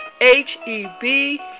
H-E-B